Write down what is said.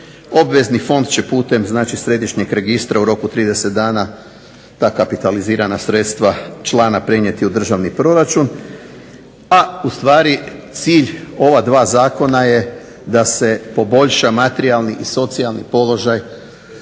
obvezni fond će putem središnjeg registra u roku 30 dana ta kapitalizirana sredstva člana prenijeti u državni proračun, a ustvari cilj ova dva zakona je da se poboljša materijalni i socijalni položaj